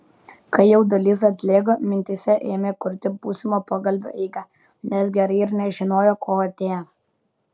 kai jaudulys atlėgo mintyse ėmė kurti būsimo pokalbio eigą nes gerai ir nežinojo ko atėjęs